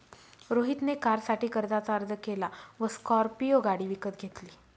रोहित ने कारसाठी कर्जाचा अर्ज केला व स्कॉर्पियो गाडी विकत घेतली